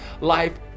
Life